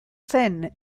zen